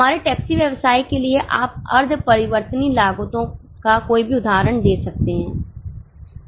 हमारे टैक्सी व्यवसाय के लिए आप अर्ध परिवर्तनीय लागतों का कोई भी उदाहरण दे सकते हैं